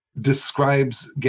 describes